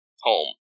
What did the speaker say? home